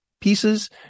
pieces